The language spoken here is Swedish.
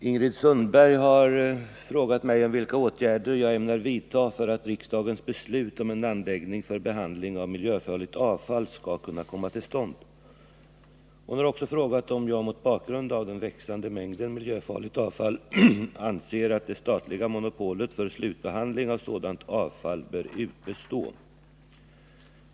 Herr talman! Ingrid Sundberg har frågat mig om vilka åtgärder jag ämnar vidta för att riksdagens beslut om en anläggning för behandling av miljöfarligt avfall skall kunna komma till stånd. Hon har också frågat om jag mot bakgrund av den växande mängden miljöfarligt avfall anser att det statliga monopolet för slutbehandling av sådant avfall bör bestå.